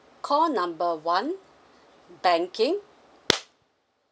call number one banking